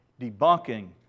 debunking